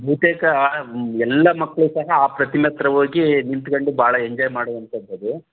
ಬಹುತೇಕ ಎಲ್ಲ ಮಕ್ಕಳೂ ಸಹ ಆ ಪ್ರತಿಮೆ ಹತ್ತಿರ ಹೋಗಿ ನಿಂತ್ಕೊಂಡು ಬಹಳ ಎಂಜಾಯ್ ಮಾಡುವಂಥದ್ದದು